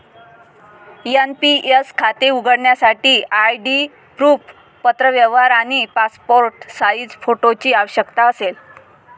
NPS खाते उघडण्यासाठी ID proof, पत्रव्यवहार आणि पासपोर्ट साइज फोटोची आवश्यकता असेल